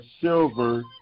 silver